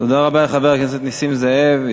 תודה רבה לחבר הכנסת נסים זאב.